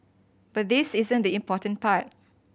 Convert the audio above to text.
but this isn't the important part